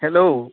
hello